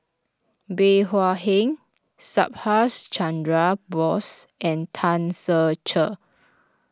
Bey Hua Heng Subhas Chandra Bose and Tan Ser Cher